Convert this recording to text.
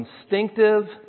instinctive